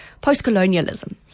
post-colonialism